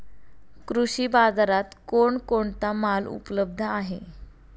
कृषी बाजारात कोण कोणता माल उपलब्ध आहे?